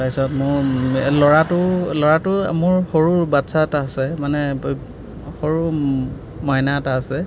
তাৰপিছত মোৰ ল'ৰাটো ল'ৰাটো মোৰ সৰু বাত্ছা এটা আছে মানে সৰু মাইনা এটা আছে